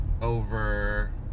over